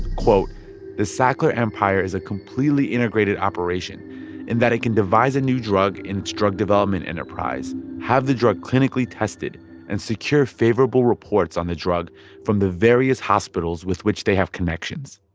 the sackler empire is a completely integrated operation in that it can devise a new drug in its drug development enterprise, have the drug clinically tested and secure favorable reports on the drug from the various hospitals with which they have connections.